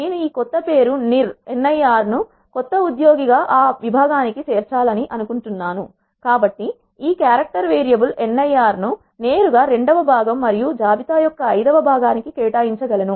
నేను ఈ కొత్త పేరు Nirను కొత్త ఉద్యోగి గా ఆ వి భాగానికి చేర్చాలి అనుకుంటున్నాను కాబట్టి నేను ఈ క్యారెక్టర్ వేరియబుల్ Nir ను నేరుగా రెండవ భాగం మరియు జాబితా యొక్క ఐదవ భాగానికి కేటాయించ గలను